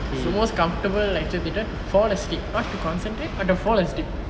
is the most comfortable lecture theatre fall asleep how to concentrate but to fall asleep